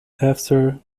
after